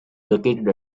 located